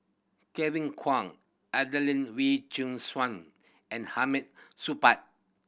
Kevin Kwan Adelene Wee Chin Suan and Hamid Supaat